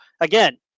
Again